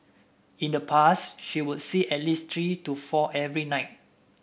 in the past she would see at least three to four every night